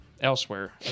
elsewhere